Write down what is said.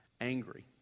angry